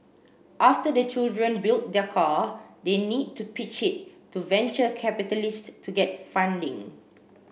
after the children build their car they need to pitch it to venture capitalists to get funding